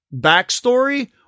backstory